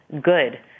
good